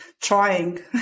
trying